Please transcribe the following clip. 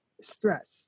stress